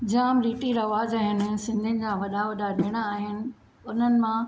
जाम रिती रिवाज़ आहिनि सिंधियुनि जा वॾा वॾा ॾिण आहिनि उन्हनि मां